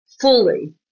fully